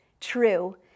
true